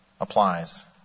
applies